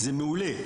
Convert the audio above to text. זה מעולה.